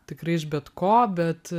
tikrai iš bet ko bet